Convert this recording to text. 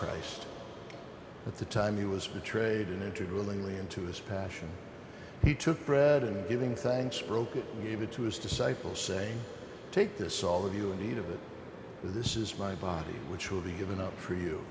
christ but the time he was betrayed and entered willingly into his passion he took bread and giving thanks broke it gave it to his disciples say take this all of you and eat of it for this is my body which will be given up for you